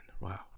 Wow